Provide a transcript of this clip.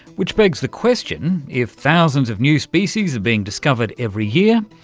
which begs the question, if thousands of new species are being discovered every year,